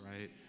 right